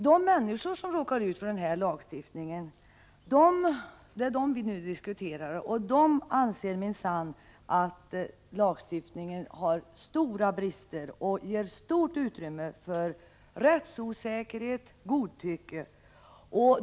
De människor som råkar ut för denna lagstiftning och som vi nu diskuterar anser minsann att lagstiftningen har stora brister och ger stort utrymme för rättsosäkerhet och godtycke.